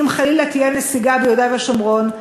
אם חלילה תהיה נסיגה ביהודה ושומרון,